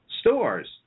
stores